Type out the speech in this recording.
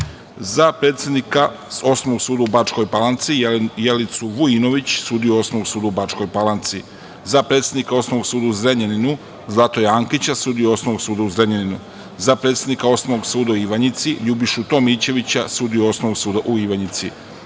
za predsednika Osnovnog suda u Bačkoj Palanci Jelicu Vujinović, sudiju Osnovnog suda u Bačkoj Palanci; za predsednika Osnovnog suda u Zrenjaninu Zlatoja Ankića, sudiju Osnovnog suda u Zrenjaninu; za predsednika Osnovnog suda u Ivanjici Ljubišu Tomićevića, sudiju Osnovnog suda u Ivanjici;